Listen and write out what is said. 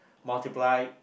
multiply